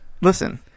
Listen